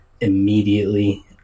immediately